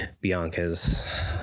Bianca's